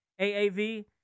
AAV